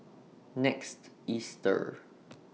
next Easter